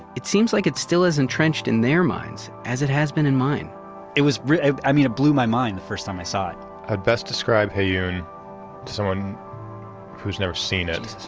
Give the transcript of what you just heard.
it seems like it's still as entrenched in their minds as it has been in mine it was, i mean it blew my mind the first time i saw it i would best describe heyoon to someone who's never seen it,